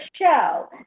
show